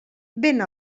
vent